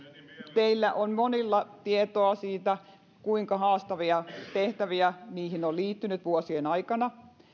teillä on monilla tietoa siitä kuinka haastavia tehtäviä siihen on liittynyt vuosien aikana